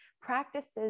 practices